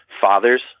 fathers